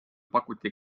pakuti